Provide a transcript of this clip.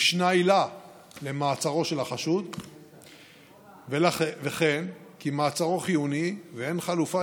ישנה עילה למעצרו של החשוד וכן כי מעצרו חיוני ואין חלופה